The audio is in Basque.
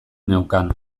neukan